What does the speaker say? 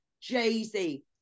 Jay-Z